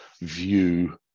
view